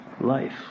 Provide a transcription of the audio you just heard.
life